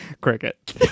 cricket